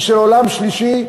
היא של עולם שלישי.